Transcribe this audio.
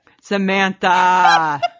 Samantha